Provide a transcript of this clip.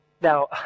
Now